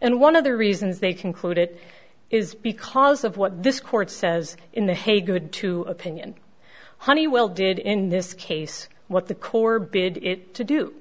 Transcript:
and one of the reasons they concluded is because of what this court says in the hey good to opinion honeywell did in this case what the core bid it to do